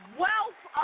wealth